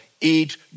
eat